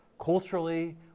Culturally